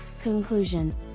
Conclusion